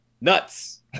nuts